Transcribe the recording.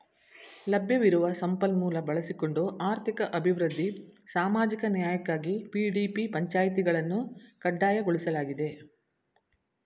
ಲಭ್ಯವಿರುವ ಸಂಪನ್ಮೂಲ ಬಳಸಿಕೊಂಡು ಆರ್ಥಿಕ ಅಭಿವೃದ್ಧಿ ಸಾಮಾಜಿಕ ನ್ಯಾಯಕ್ಕಾಗಿ ಪಿ.ಡಿ.ಪಿ ಪಂಚಾಯಿತಿಗಳನ್ನು ಕಡ್ಡಾಯಗೊಳಿಸಲಾಗಿದೆ